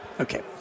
Okay